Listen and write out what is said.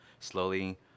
slowly